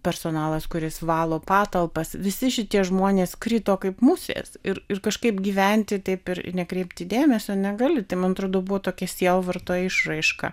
personalas kuris valo patalpas visi šitie žmonės krito kaip musės ir ir kažkaip gyventi taip ir nekreipti dėmesio negali tai man atrodo buvo tokia sielvarto išraiška